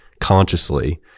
consciously